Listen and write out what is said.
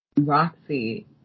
Roxy